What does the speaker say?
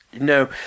no